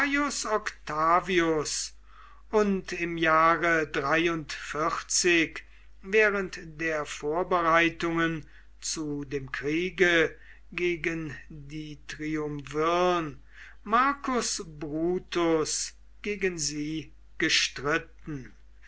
octavius und im jahre während der vorbereitungen zu dem kriege gegen die triumvirn marcus brutus gegen sie gestritten